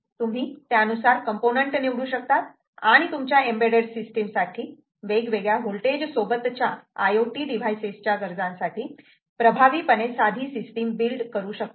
तुम्ही त्यानुसार कॉम्पोनन्ट निवडू शकतात आणि तुमच्या एम्बेडेड सिस्टीम वेगवेगळ्या व्होल्टेज सोबतच्या IoT डिव्हाइसेस च्या गरजांसाठी प्रभावीपणे साधी सिस्टिम बिल्ड करू शकतात